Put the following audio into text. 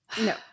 No